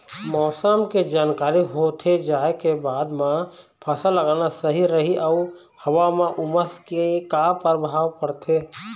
मौसम के जानकारी होथे जाए के बाद मा फसल लगाना सही रही अऊ हवा मा उमस के का परभाव पड़थे?